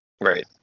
Right